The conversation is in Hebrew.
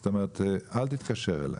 זאת אומרת, אל תתקשר אליי.